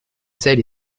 sel